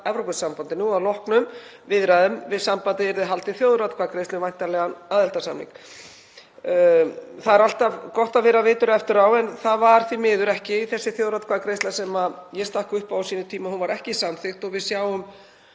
Evrópusambandinu og að loknum viðræðum við sambandið yrði haldin þjóðaratkvæðagreiðsla um væntanlegan aðildarsamning. Það er alltaf gott að vera vitur eftir á en það varð því miður ekki þessi þjóðaratkvæðagreiðsla sem ég stakk upp á sínum tíma, hún var ekki samþykkt og við sjáum